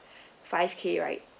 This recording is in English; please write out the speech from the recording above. five K right